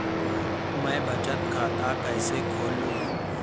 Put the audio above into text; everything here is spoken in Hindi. मैं बचत खाता कैसे खोलूँ?